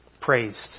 praised